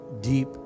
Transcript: deep